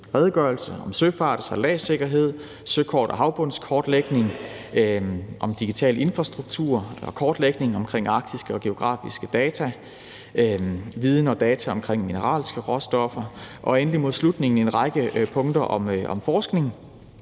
redegørelse om søfart og sejladssikkerhed, søkort og havbundskortlægning, digital infrastruktur og kortlægning af arktiske geografiske data og viden og data omkring mineralske råstoffer. Mod slutningen af redegørelsen er der en række punkter om forskning.